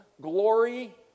glory